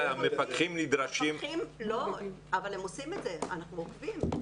המפקחים הם עושים את זה, אנחנו עוקבים.